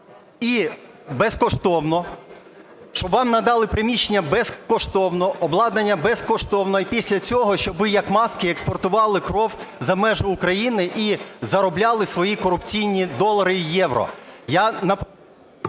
і безкоштовно, щоб вам надали приміщення безкоштовно, обладнання безкоштовно, і після цього, щоб ви, як маски, експортували кров за межі України і заробляли свої корупційні долари і євро. ГОЛОВУЮЧИЙ.